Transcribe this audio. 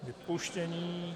Vypuštění...